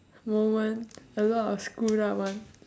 moment a lot of screwed up one